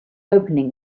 opening